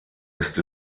ist